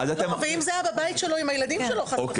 ואם זה היה בבית שלו עם הילדים שלו חלילה?